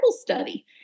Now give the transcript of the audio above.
study